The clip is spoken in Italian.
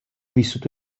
vissuto